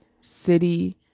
city